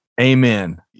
Amen